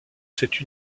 cette